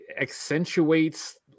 accentuates